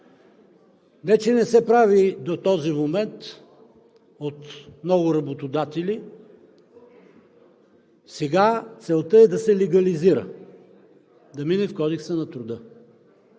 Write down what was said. Не че не се прави до този момент от много работодатели, сега целта е да се легализира, да мине в Кодекса на труда.